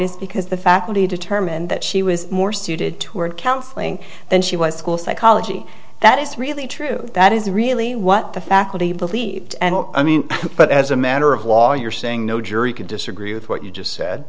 is because the faculty determined that she was more suited toward counseling than she was school psychology that is really true that is really what the faculty believed and what i mean but as a matter of law you're saying no jury could disagree with what you just said